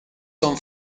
son